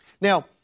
Now